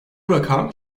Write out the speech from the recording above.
rakam